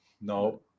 No